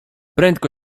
prędko